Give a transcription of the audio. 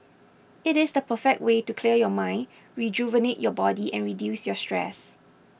it is the perfect way to clear your mind rejuvenate your body and reduce your stress